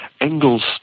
Engels